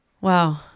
Wow